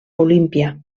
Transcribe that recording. olímpia